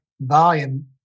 volume